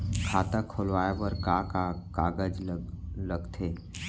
खाता खोलवाये बर का का कागज ल लगथे?